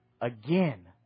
again